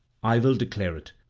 i will declare it.